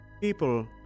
people